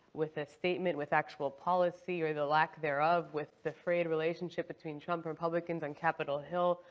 with a statement, with actual policy, or the lack thereof, with the frayed relationship between trump republicans and capitol hill.